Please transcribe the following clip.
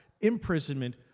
imprisonment